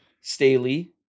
Staley